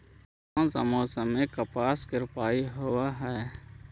कोन सा मोसम मे कपास के रोपाई होबहय?